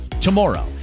tomorrow